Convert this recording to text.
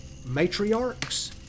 matriarchs